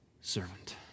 servant